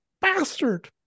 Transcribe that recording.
Bastard